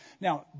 Now